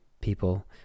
People